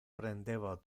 prendeva